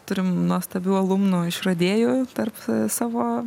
turim nuostabių alumnų išradėjų tarp savo